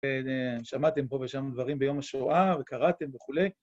שמעתם פה ושם דברים ביום השואה וקראתם וכולי.